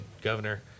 governor